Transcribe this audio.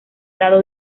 dado